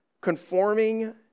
conforming